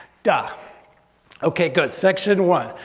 and okay good section one,